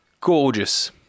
gorgeous